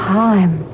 time